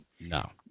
no